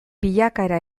bilakaera